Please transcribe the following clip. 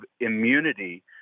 immunity